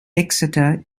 exeter